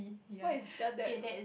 what is tell that